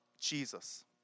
Jesus